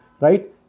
right